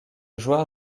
joueur